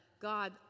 God